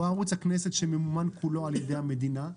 או ערוץ הכנסת שממומן כולו על ידי המדינה,